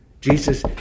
Jesus